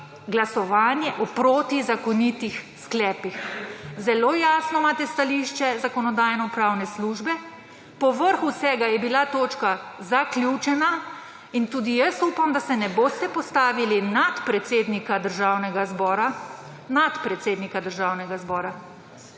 glasovanje o protizakonitih sklepih. Zelo jasno imate stališče Zakonodajno-pravne službe. Povrh vsega je bila točka zaključena. In tudi jaz upam, da se ne boste postavili nad predsednika Državnega zbora. Nad predsednika Državnega zbora,